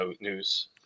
news